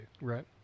Right